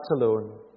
alone